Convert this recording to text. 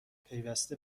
پیوسته